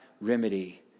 remedy